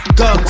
go